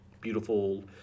beautiful